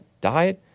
died